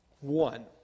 One